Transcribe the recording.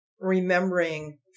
remembering